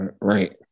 Right